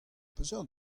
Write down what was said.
peseurt